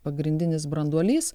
pagrindinis branduolys